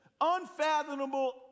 unfathomable